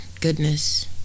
goodness